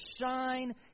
shine